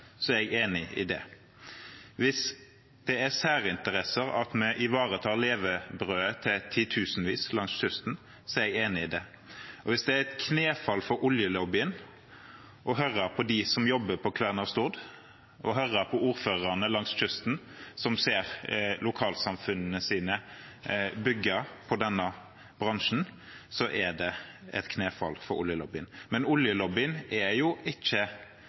er jeg enig i det. Hvis det er særinteresser at vi ivaretar levebrødet til titusenvis langs kysten, er jeg enig i det. Og hvis det er knefall for oljelobbyen å høre på dem som jobber på Kværner Stord, å høre på ordførerne langs kysten som ser lokalsamfunnene sine bygge på denne bransjen, så er det knefall for oljelobbyen. Men oljelobbyen er jo ikke